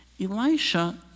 Elisha